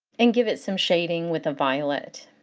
and give it some shading with a violet.